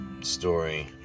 story